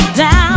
down